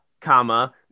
comma